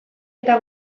eta